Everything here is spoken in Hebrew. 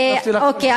אוקיי.